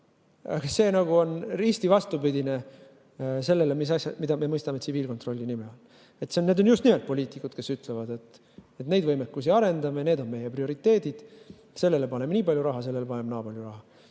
Aga see on risti vastupidine sellele, mida meie mõistame tsiviilkontrolli all. Need on just nimelt poliitikud, kes ütlevad, et neid võimekusi tuleb arendada ja need on meie prioriteedid, sellele paneme nii palju raha ja sellele paneme naa palju raha.